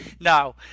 no